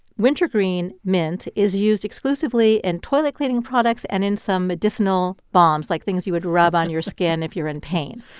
wintergreen mint is used exclusively in toilet cleaning products and in some medicinal balms like things you would rub on your skin if you're in pain.